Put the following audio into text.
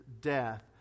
death